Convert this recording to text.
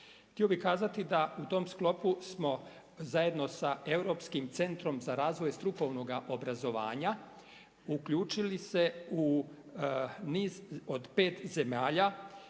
Htio bih kazati da u tom sklopu smo zajedno sa Europskim centrom za razvoj strukovnoga obrazovanja uključili se u niz od 5 zemalja,